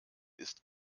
ist